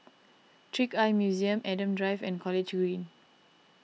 Trick Eye Museum Adam Drive and College Green